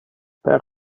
per